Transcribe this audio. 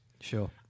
Sure